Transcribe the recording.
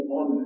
on